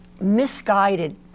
misguided